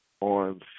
on